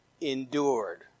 endured